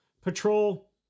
patrol